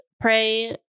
pray